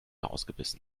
ausgebissen